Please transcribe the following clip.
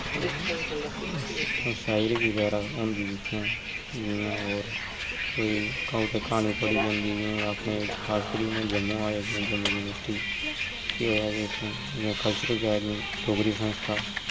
शायरी बगैरा होंदी ही उत्थैं जियां ओर कोई क्हानी पढ़ी जन्दी जां अपने खास करी में जम्मू आये दा जम्मू यूनिवर्सिटी ते केह् होया की इत्थें जियां कल्चरल अकाडेमी डोगरी संस्था